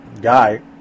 guy